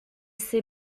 ses